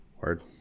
Word